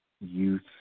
youth